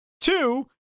Two